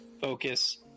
focus